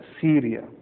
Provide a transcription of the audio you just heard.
Syria